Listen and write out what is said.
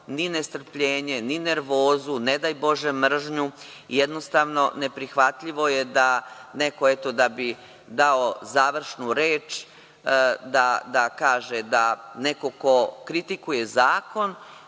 ni nestrpljenje, ni nervozu, ne daj bože mržnju, jednostavno, neprihvatljivo je da neko eto da bi dao završnu reč, da kaže da neko ko kritikuje zakon,